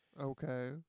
Okay